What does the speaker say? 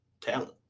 talent